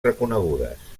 reconegudes